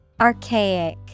Archaic